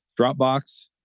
Dropbox